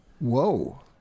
Whoa